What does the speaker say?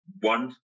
one